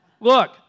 Look